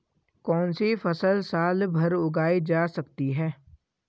कौनसी फसल साल भर उगाई जा सकती है?